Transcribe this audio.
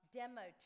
demo